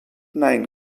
nein